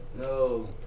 No